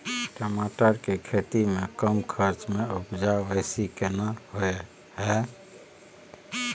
टमाटर के खेती में कम खर्च में उपजा बेसी केना होय है?